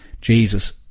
Jesus